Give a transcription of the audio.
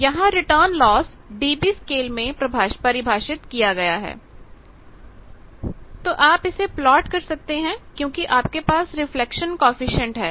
यहां return loss dB scale में परिभाषित किया गया है तो आप इसे प्लॉट कर सकते हैं क्योंकि आपके पास रिफ्लेक्शन कॉएफिशिएंट है